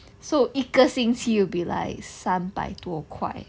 so 一个星期 will be like 三百多块